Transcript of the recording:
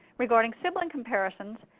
regarding sibling comparisons,